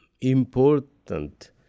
important